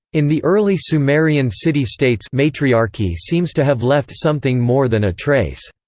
in the early sumerian city-states matriarchy seems to have left something more than a trace